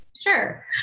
Sure